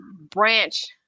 branch